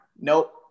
Nope